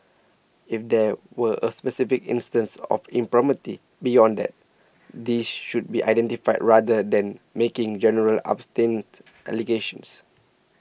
if there were a specific instances of impropriety beyond that these should be identified rather than making general allegations